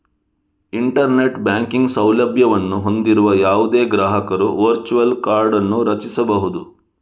internet banking ಸೌಲಭ್ಯವನ್ನು ಹೊಂದಿರುವ ಯಾವುದೇ ಗ್ರಾಹಕರು ವರ್ಚುವಲ್ ಕಾರ್ಡ್ ಅನ್ನು ರಚಿಸಬಹುದು